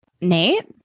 Nate